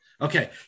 Okay